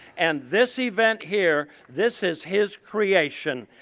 and this event here, this is his creation,